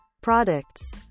products